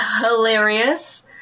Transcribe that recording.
hilarious